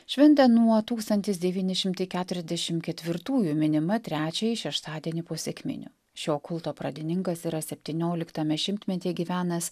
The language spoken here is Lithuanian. šventė nuo tūkstantis devyni šimtai keturiasdešim ketvirtųjų minima trečiąjį šeštadienį po sekminių šio kulto pradininkas yra septynioliktame šimtmety gyvenęs